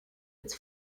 its